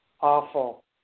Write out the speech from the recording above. awful